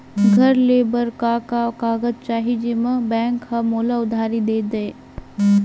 घर ले बर का का कागज चाही जेम मा बैंक हा मोला उधारी दे दय?